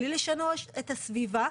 בלי לשנות את הסביבה.